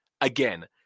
Again